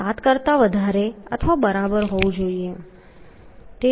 7 કરતા વધારે અથવા બરાબર હોવું જોઈએ